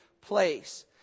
place